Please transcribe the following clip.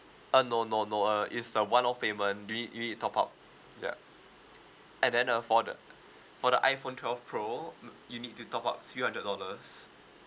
uh no no no uh it's the one off payment you need you need top up ya and then uh for the for the iPhone twelve pro mm you need to top up three hundred dollars